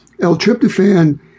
L-tryptophan